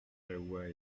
jahoua